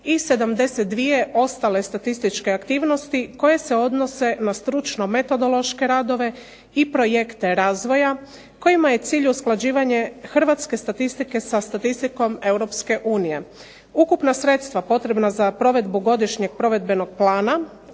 i 72 ostale statističke aktivnosti koje se odnose na stručno-metodološke radove i projekte razvoja kojima je cilj usklađivanje Hrvatske statistike sa statistikom EU. Ukupna sredstva potrebna za provedbu Godišnjeg provedbenog plana